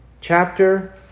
Chapter